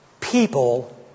People